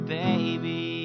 baby